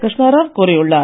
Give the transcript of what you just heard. கிருஷ்ணாராவ் கூறியுள்ளார்